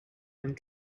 and